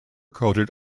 coated